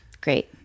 Great